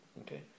okay